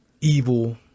evil